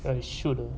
I should ah